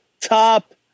top